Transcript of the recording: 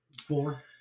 Four